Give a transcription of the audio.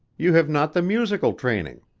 you have not the musical training.